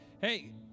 Hey